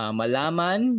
malaman